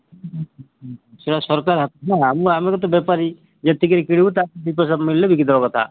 ସେଟା ସରକାର ହାତରେ ନା ଆମେ ତ ବେପାରୀ ଯେତିକି କିଣିବୁ ତାଠୁ ଦି' ପଇସା ମିଳିଲେ ବିକିଦେବା କଥା